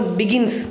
begins